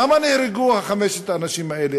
למה נהרגו חמשת האנשים האלה,